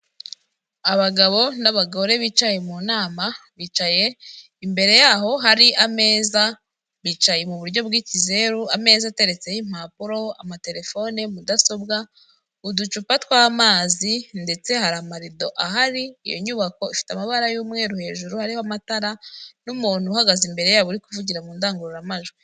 Abagabo n'abagore bicaye mu nama, bicaye imbere yaho hari ameza, bicaye mu buryo bw'ikizeru, ameza ateretseho impapuro, amaterefone, mudasobwa, uducupa tw'amazi ndetse hari amarido ahari, iyo nyubako ifite amabara y'umweru, hejuru hariho amatara n'umuntu uhagaze imbere yabo hari umuntu uri kuvugira mu ndangururamajwi.